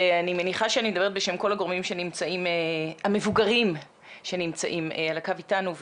אני מניחה שאני מדברת בשם כל הגורמים המבוגרים שנמצאים על הקו איתנו,